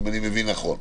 אם אני מבין נכון,